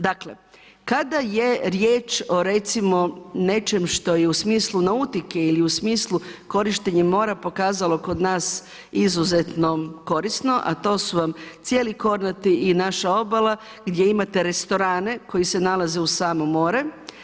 Dakle kada je riječ o recimo nečemu što je u smislu nautike ili u smislu korištenja mora pokazalo kod nas izuzetno korisno, a to su vam cijeli Kornati i naša obala gdje imate restorane koji se nalaze uz samo more.